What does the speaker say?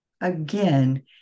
again